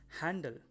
handle